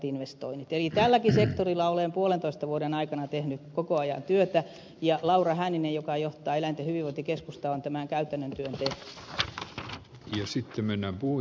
eli tälläkin sektorilla olen puolentoista vuoden aikana tehnyt koko ajan työtä ja laura hänninen joka johtaa eläinten hyvinvointikeskusta on tämän käytännön työlle ja sittemmin abu